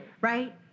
right